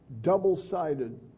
double-sided